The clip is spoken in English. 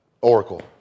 Oracle